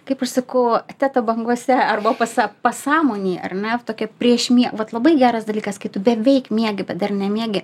kaip aš sakau teta bangose arba pasą pasąmonėj ar ne tokia prieš mie vat labai geras dalykas kai tu beveik miegi bet dar nemiegi